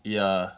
ya